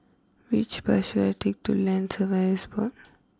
which bus should I take to Land Surveyors Board